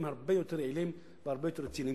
הרבה יותר יעילים והרבה יותר רציניים.